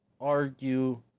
argue